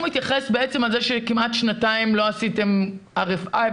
מתייחס בעצם לזה שכמעט שנתיים לא עשיתם RFI,